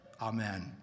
Amen